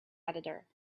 editor